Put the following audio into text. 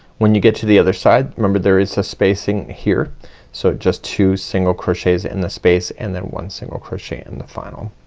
when you get to the other side remember there is a spacing here so just two single crochets in the space and then one single crochet in the final.